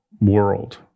world